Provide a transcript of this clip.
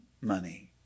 money